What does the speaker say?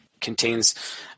Contains